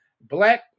Black